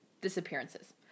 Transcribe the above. disappearances